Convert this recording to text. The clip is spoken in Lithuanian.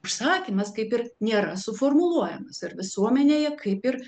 užsakymas kaip ir nėra suformuluojamas visuomenėje kaip ir